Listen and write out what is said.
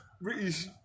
British